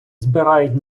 збирають